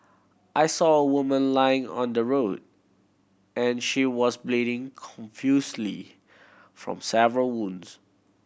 I saw a woman lying on the road and she was bleeding confusedly from several wounds